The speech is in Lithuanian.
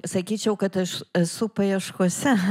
sakyčiau kad aš esu paieškose